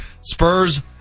Spurs